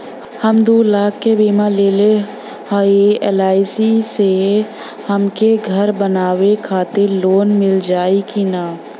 हम दूलाख क बीमा लेले हई एल.आई.सी से हमके घर बनवावे खातिर लोन मिल जाई कि ना?